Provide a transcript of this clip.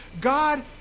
God